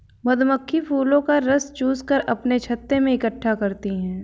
मधुमक्खी फूलों का रस चूस कर अपने छत्ते में इकट्ठा करती हैं